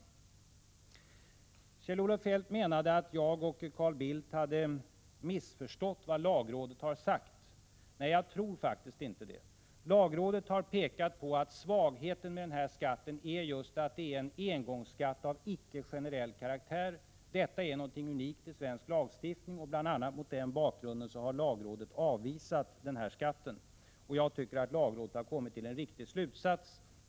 Kjell-Olof Feldt menade att jag och Carl Bildt har missförstått vad lagrådet har sagt. Jag tror faktiskt inte det. Lagrådet har pekat på att svagheten med denna skatt är just att den är en engångsskatt av icke generell karaktär. Det är någonting unikt i svensk lagstiftning. Bl.a. mot den bakgrunden har lagrådet avvisat skatten. Jag tycker lagrådet har kommit till en riktig slutsats.